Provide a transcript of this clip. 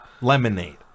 lemonade